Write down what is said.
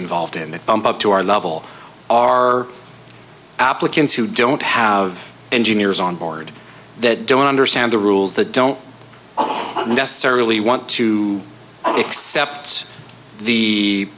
involved in that bump up to our level are applicants who don't have engineers on board that don't understand the rules that don't necessarily want to accept the